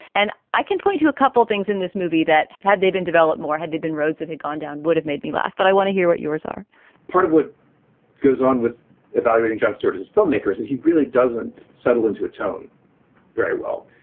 and i can point to a couple things in this movie that had they been developed more, had there been roads that had gone down, would have made me laugh but i want to hear what yours are part of what goes on with evaluating jon stewart as filmmakers. and he really doesn't settle into a tone very well.